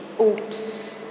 Oops